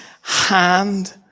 hand